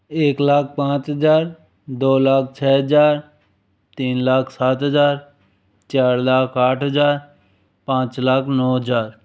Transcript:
एक लाख पाँच हजार दो लाख छः हजार तीन लाख सात हजार चार लाख आठ हजार पाँच लाख नौ हजार